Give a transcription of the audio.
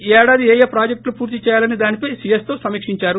ఈ ఏడాది ఏయే ప్రాజెక్టులు పూర్తి చేయాలనే దానిపై సీఎస్తో సమీకించారు